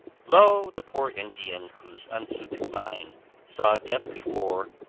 lo! the poor indian whose unsuited mind saw death before,